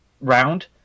round